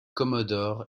commodore